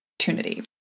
opportunity